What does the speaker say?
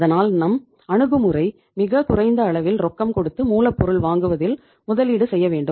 அதனால் நம் அணுகுமுறை மிகக் குறைந்த அளவில் ரொக்கம் கொடுத்து மூலப்பொருள் வாங்குவதில் முதலீடு செய்ய வேண்டும்